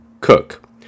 cook